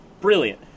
brilliant